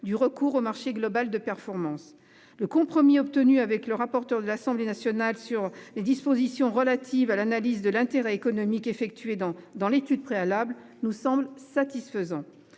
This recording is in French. du recours au marché global de performance. Le compromis obtenu avec le rapporteur de l'Assemblée nationale sur les dispositions relatives à l'analyse de l'intérêt économique effectuée dans l'étude préalable nous semble satisfaisant.